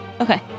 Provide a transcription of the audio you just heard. Okay